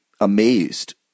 amazed